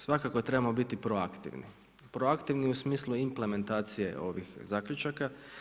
Svakako trebamo biti proaktivni, proaktivni u smislu implementacije ovih zaključaka.